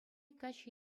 каччӑ